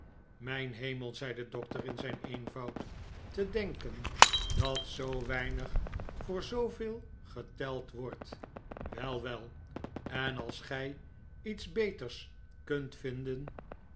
mijn hemel zei de doctor in zijn eenvoud te denken dat zoo weinig voor zooveel geteld wordt wei wel en als gij iets beters kunt vinden